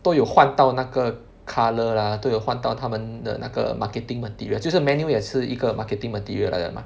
都有换到那个 colour lah 都有换到它们的那个 marketing material 就是 menu 也是一个 marketing material 来的 mah